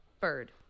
Bird